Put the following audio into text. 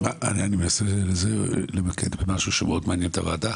אני מנסה למקד במשהו שמאוד מעניין את הוועדה,